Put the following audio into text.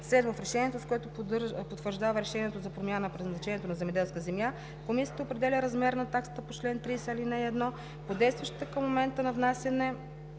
(7) В решението, с което потвърждава решението за промяна на предназначението на земеделската земя, комисията определя размер на таксата по чл. 30, ал. 1 по действащата към момента на внасяне